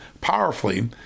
powerfully